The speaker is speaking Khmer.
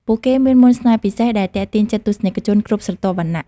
ពួកគេមានមន្តស្នេហ៍ពិសេសដែលទាក់ទាញចិត្តទស្សនិកជនគ្រប់ស្រទាប់វណ្ណៈ។